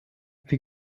wie